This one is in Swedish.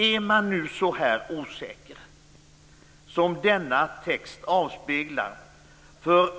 Är man nu så osäker som denna text avspeglar inför